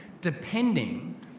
depending